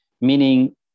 Meaning